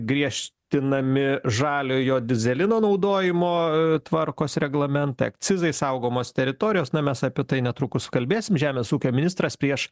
griežtinami žaliojo dyzelino naudojimo e tvarkos reglamentai akcizais saugomos teritorijos na mes apie tai netrukus kalbėsim žemės ūkio ministras prieš